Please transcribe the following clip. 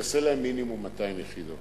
נעשה להם מינימום 200 יחידות.